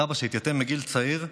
סבא, שהתייתם בגיל צעיר,